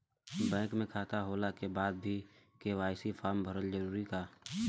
Bank में खाता होला के बाद भी के.वाइ.सी फार्म भरल जरूरी बा का?